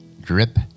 Drip